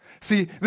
See